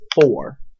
four